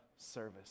Service